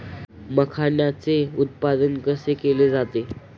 मखाणाचे उत्पादन कसे केले जाते?